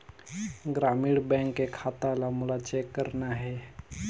ग्रामीण बैंक के खाता ला मोला चेक करना हे?